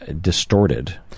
distorted